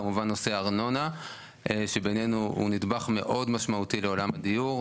כמובן נושא ארנונה שבעינינו הוא נדבך מאוד משמעותי לעולם הדיור.